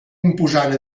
imposant